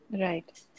Right